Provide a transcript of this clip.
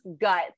gut